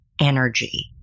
energy